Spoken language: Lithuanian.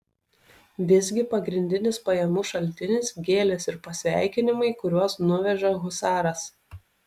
visgi pagrindinis pajamų šaltinis gėlės ir pasveikinimai kuriuos nuveža husaras